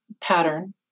pattern